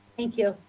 thank you.